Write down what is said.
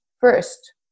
first